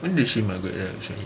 when did she migrate there actually